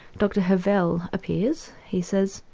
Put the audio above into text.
dr havell appears, he says,